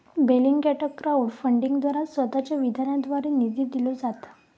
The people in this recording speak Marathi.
बेलिंगकॅटाक क्राउड फंडिंगद्वारा स्वतःच्या विधानाद्वारे निधी दिलो जाता